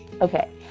Okay